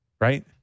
right